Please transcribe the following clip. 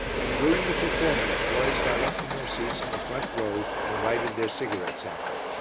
and during the performance boys got up from their seats in the front row and lighted their cigarettes at them.